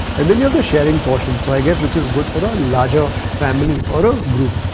and then you have the sharing portions, so i guess which is good for a larger family or a group.